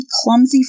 clumsy